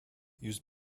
used